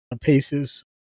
paces